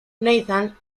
nathan